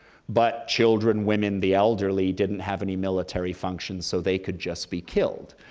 but children, women, the elderly didn't have any military function, so they could just be killed.